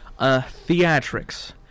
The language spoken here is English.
Theatrics